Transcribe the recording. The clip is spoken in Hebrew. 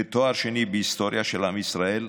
ותואר שני בהיסטוריה של עם ישראל,